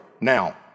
now